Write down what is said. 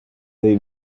they